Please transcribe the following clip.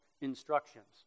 Instructions